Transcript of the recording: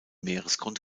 meeresgrund